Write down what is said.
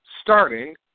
starting